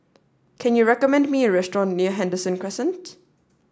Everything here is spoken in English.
can you recommend me a restaurant near Henderson Crescent